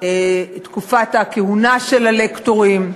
בתקופת הכהונה של הלקטורים.